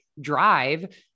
drive